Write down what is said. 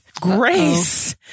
Grace